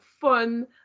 fun